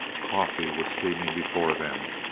coffee was steaming before them,